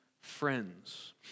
friends